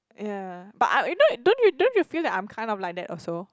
ya but I you know don't you don't you feel like I'm kind of like that also